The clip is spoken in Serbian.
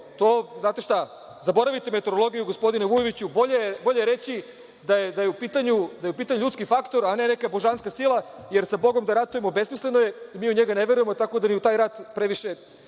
znate šta, zaboravite meteorologiju, gospodine Vujoviću, bolje reći da je u pitanju ljudski faktor, a ne neka božanska sila, jer sa bogom da ratujemo besmisleno i mi u njega ne verujemo, tako da ni u taj rat previše